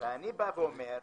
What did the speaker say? אני בא ואומר,